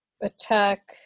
attack